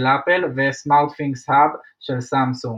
HomePod של Apple ו-SmartThings Hub של סמסונג.